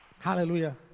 Hallelujah